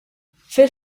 fil